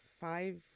five